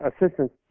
assistant